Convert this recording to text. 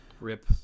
Rip